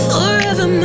Forever